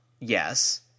yes